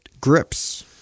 grips